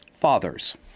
Fathers